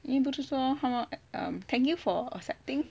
医院不是说 thank you for accepting